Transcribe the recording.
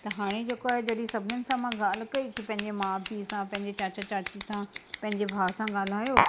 हाणे जेको आहे जॾहिं सभिनीनि सां मां ॻाल्हि कई कि पंहिंजे मा पी सां पंहिंजे चाचा चाची सां पंहिंजे भा सां ॻाल्हायो